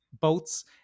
boats